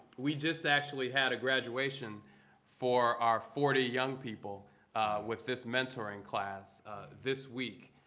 we just actually had a graduation for our forty young people with this mentoring class this week.